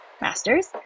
master's